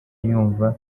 yumva